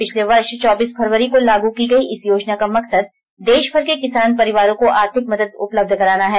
पिछले वर्ष चौबीस फरवरी को लागू की गई इस योजना का मकसद देशभर के किसान परिवारों को आर्थिक मदद उपलब्ध कराना है